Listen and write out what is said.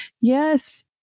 Yes